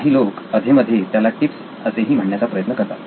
काही लोक अधेमधे त्याला टिप्स असेही म्हणण्याचा प्रयत्न करतात